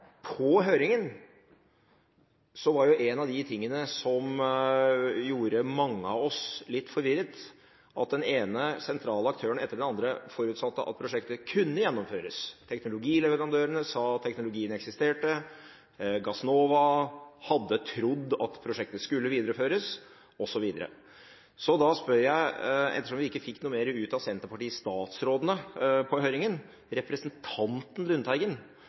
På høringen var jo en av de tingene som gjorde mange av oss litt forvirret, at den ene sentrale aktøren etter den andre forutsatte at prosjektet kunne gjennomføres: Teknologileverandørene sa at teknologien eksisterte, Gassnova hadde trodd at prosjektet skulle videreføres osv. Så da spør jeg – ettersom vi ikke fikk noe mer ut av senterpartistatsrådene på høringen – representanten Lundteigen